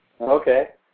Okay